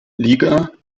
liga